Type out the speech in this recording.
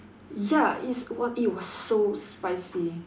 ya it's were it was so spicy